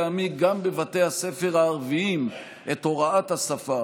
להנהיג גם בבתי הספר הערביים את הוראת השפה,